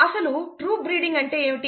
అసలు true breeding అంటే ఏమిటి